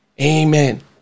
Amen